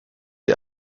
die